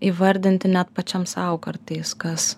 įvardinti net pačiam sau kartais kas